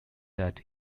that